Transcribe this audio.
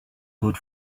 good